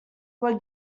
were